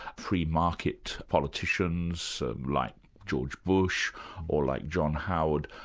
free market politicians like george bush or like john howard,